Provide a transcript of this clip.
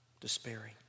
despairing